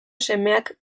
semeak